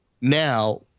Now –